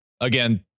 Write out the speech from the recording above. again